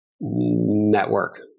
Network